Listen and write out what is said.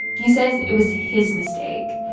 he says it was his mistake.